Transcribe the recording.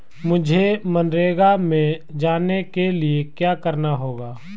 मुझे मनरेगा में जाने के लिए क्या करना होगा?